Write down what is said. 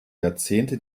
jahrzehnte